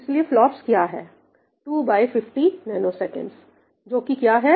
इसलिए FLOPS क्या है 250 ns जोकि क्या है